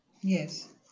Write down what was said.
Yes